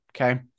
okay